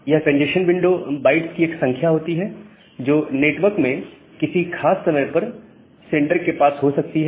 यह congestion window bytes की एक संख्या होती है जो नेटवर्क में किसी खास समय पर सेंडर के पास हो सकती है